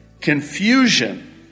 confusion